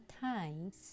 times